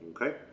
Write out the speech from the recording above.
Okay